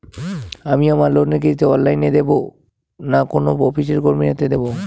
আমি আমার লোনের কিস্তি অনলাইন দেবো না কোনো অফিসের কর্মীর হাতে দেবো?